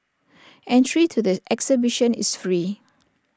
entry to the exhibition is free